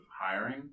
hiring